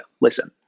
Listen